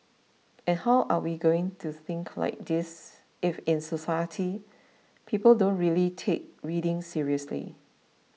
and how are we going to think like this if in society people don't really take reading seriously